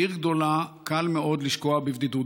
בעיר גדולה קל מאוד לשקוע בבדידות.